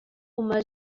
uma